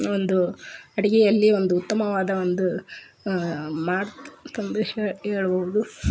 ಒಂದು ಅಡುಗೆಯಲ್ಲಿ ಒಂದು ಉತ್ತಮವಾದ ಒಂದು ಹೆ ಹೇಳ್ಬೌದು